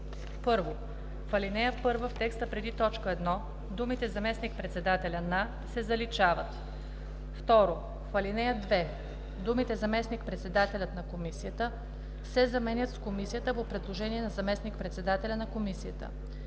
1. В ал.1 в текста преди т. 1 думите „заместник-председателя на“ се заличават. 2. В ал. 2 думите „заместник-председателят на комисията“ се заменят с „комисията по предложение на заместник-председателя на комисията“.